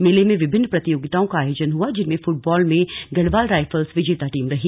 मेले में विभिन्न प्रतियोगिताओं का आयोजन हुआ जिनमें फूटबाल में गढ़वाल राइफ्लस विजेता टीम रही